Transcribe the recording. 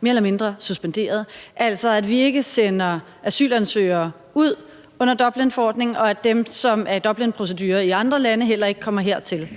mere eller mindre suspenderet, altså at vi ikke sender asylansøgere ud under Dublinforordningen, og at dem, som er i Dublinprocedure i andre lande, heller ikke kommer hertil.